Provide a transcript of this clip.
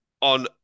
on